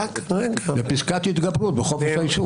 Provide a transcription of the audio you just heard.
בפסקת התגברות בחופש העיסוק.